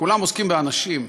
כולם עוסקים באנשים.